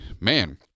man